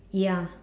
ya